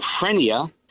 schizophrenia